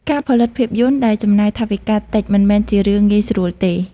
ការផលិតភាពយន្តដែលចំណាយថវិកាតិចមិនមែនជារឿងងាយស្រួលទេ។